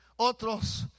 Otros